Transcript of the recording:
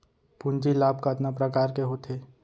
पूंजी लाभ कतना प्रकार के होथे?